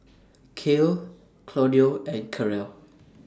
Kale Claudio and Karel